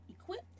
equip